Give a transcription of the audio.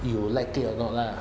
you will like it or not lah